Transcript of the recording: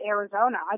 Arizona